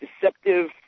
deceptive